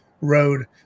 road